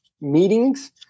Meetings